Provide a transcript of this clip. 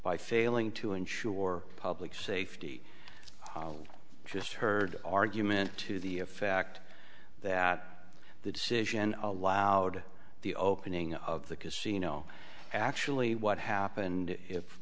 by failing to ensure public safety just heard argument to the effect that the decision allowed the opening of the casino actually what happened if